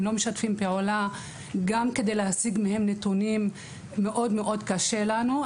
הם לא משתפים פעולה וקשה לנו מאוד מאוד להשיג מהם נתונים.